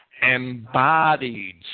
embodied